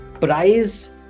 price